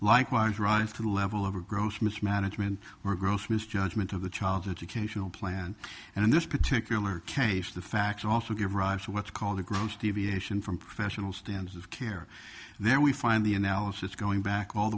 likewise rise to the level of a gross mismanagement or gross misjudgment of the child's educational plan and in this particular case the facts also give rise to what's called a gross deviation from professional standards of care and then we find the analysis going back all